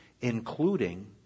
including